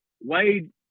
Wade